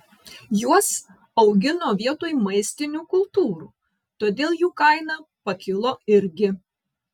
juos augino vietoj maistinių kultūrų todėl jų kaina pakilo irgi